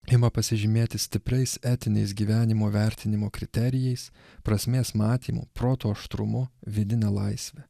ima pasižymėti stipriais etiniais gyvenimo vertinimo kriterijais prasmės matymu proto aštrumu vidine laisve